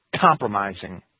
compromising